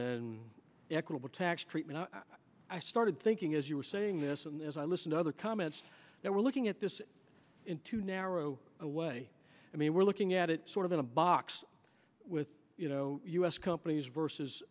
and equitable tax treatment i started thinking as you were saying this as i listen to other comments that we're looking at this in two narrow a way i mean we're looking at it sort of in a box with you know u s companies versus